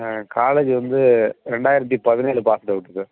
college வந்து ரெண்டாயிரத்தி பதினேழ் பாஸ்டு அவுட்டு சார்